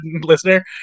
listener